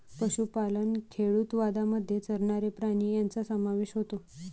पशुपालन खेडूतवादामध्ये चरणारे प्राणी यांचा समावेश होतो